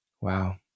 Wow